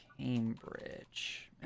Cambridge